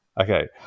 Okay